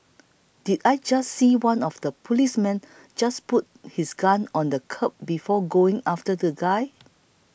did I just see one of the policemen just put his gun on the curb before going after the guy